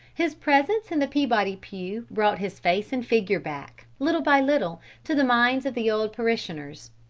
his presence in the peabody pew brought his face and figure back, little by little, to the minds of the old parishioners.